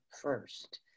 first